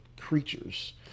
creatures